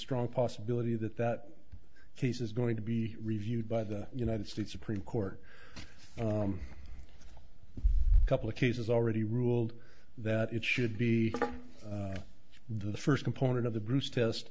strong possibility that that case is going to be reviewed by the united states supreme court a couple of cases already ruled that it should be the first component of the bruce test